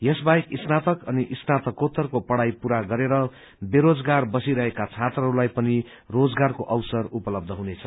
यसबाहेक स्नातक अनि स्नातकोत्तरको पढ़ाई पूरा गरेर बेरोजगार बसिरहेका छात्रहरूलाई पनि रोजगारको अवसर उपलब्य हुनेछ